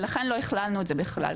ולכן לא הכללנו את זה בכלל.